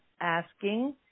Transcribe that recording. asking